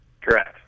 Correct